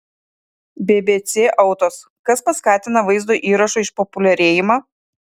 bbc autos kas paskatina vaizdo įrašo išpopuliarėjimą